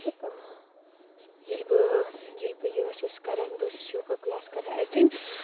ییٚلہِ بہٕ ییٚلہِ بہٕ یہِ ٲسٕس کَران بہٕ ٲسٕس یوگا کٕلاس کَران اٮ۪ٹٮ۪نٛڈ